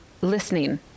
Listening